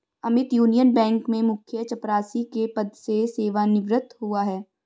Amit union bank में मुख्य चपरासी के पद से सेवानिवृत हुआ है